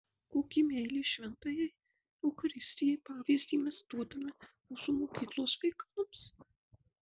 kokį meilės šventajai eucharistijai pavyzdį mes duodame mūsų mokyklos vaikams